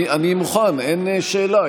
אני מוכן, אין שאלה.